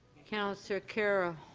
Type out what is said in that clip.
councillor carroll